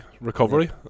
recovery